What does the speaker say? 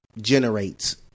generates